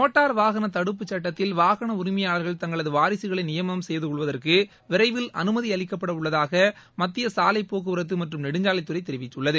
motor வாகனதடுப்புச் சட்டத்தில் வாகனஉரிமையாளர்கள் தங்களதுவாரிசுகளைநியமனம் செய்துகொள்வதற்குவிரைவில் அனுமதிஅளிக்கப்படஉள்ளதாகமத்தியசாலைபோக்குவரத்துமற்றும் நெடுஞ்சாலைத்துறைதெரிவித்துள்ளது